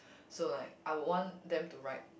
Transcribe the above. so like I would want them to write